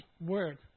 word